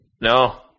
No